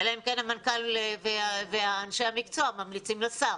אלא אם כן המנכ"ל ואנשי המקצוע ממליצים לשר.